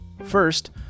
First